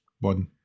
one